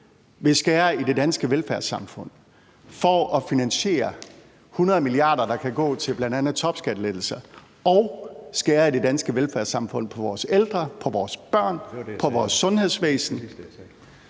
vil skære i det danske velfærdssamfund for at finansiere 100 mia. kr., der kan gå til bl.a. topskattelettelser, og skære i det danske velfærdssamfund, på vores ældre, på vores børn, på vores sundhedsvæsen